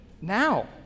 Now